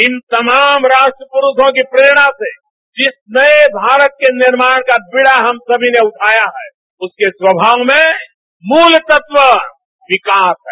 इन तमाम राष्ट्र पुरूषों की प्रेरणा से जिस नये भारत के निर्माण का बेझा हम समी ने उठाया है उसके स्वभाव में मूल तत्व विकास है